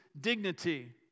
dignity